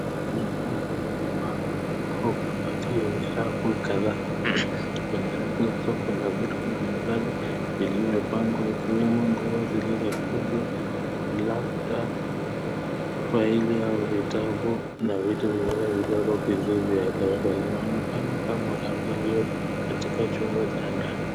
Ni rafu ya mbao ama kabati yenye rafu kadhaa. Kwenye rafu hizo kuna vitu mbalimbali vilivyopangwa ikiwemo nguo zilizokunjwa, labda faili au vitabu na vitu vingine vidogo vilivyo. Inaonekana kama rafu iliyo katika chumba cha ndani.